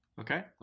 Okay